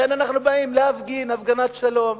לכן אנחנו באים להפגין הפגנת שלום,